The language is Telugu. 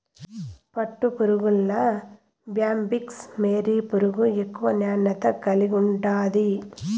పట్టుపురుగుల్ల బ్యాంబిక్స్ మోరీ పురుగు ఎక్కువ నాణ్యత కలిగుండాది